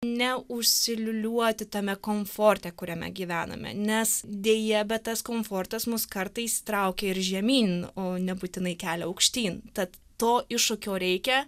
neužsiliūliuoti tame komforte kuriame gyvename nes deja bet tas komfortas mus kartais traukė ir žemyn o nebūtinai kelia aukštyn tad to iššūkio reikia